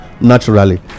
naturally